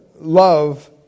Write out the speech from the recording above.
love